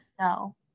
no